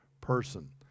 person